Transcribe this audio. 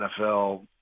NFL –